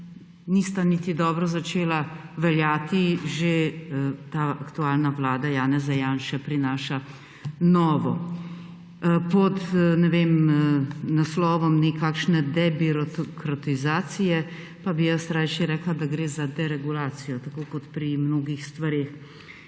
nista niti dobro začela veljati, že ta aktualna vlada Janeza Janše prinaša novo, pod naslovom nekakšne debirokratizacije, pa bi rajši rekla, da gre za deregulacijo tako kot pri mnogih stvareh.